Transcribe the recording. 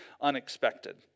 unexpected